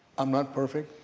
i'm not perfect,